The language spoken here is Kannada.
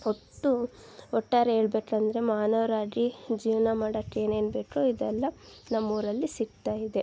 ಒಟ್ಟು ಒಟ್ಟಾರೆ ಹೇಳ್ಬೇಕಂದ್ರೆ ಮಾನವರಾಗಿ ಜೀವನ ಮಾಡಕ್ಕೆ ಏನೇನು ಬೇಕೋ ಇದೆಲ್ಲ ನಮ್ಮ ಊರಲ್ಲಿ ಸಿಗ್ತಾ ಇದೆ